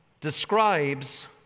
describes